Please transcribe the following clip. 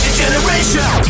generation